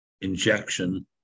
injection